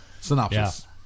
Synopsis